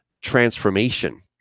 transformation